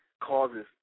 causes